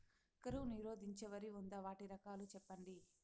కరువు నిరోధించే వరి ఉందా? వాటి రకాలు చెప్పండి?